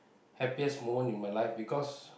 happiest moment in my life because